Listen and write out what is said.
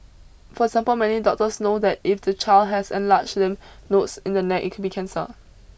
for example many doctors know that if the child has enlarged lymph nodes in the neck it can be cancer